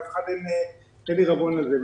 לאף אחד אין עירבון לזה.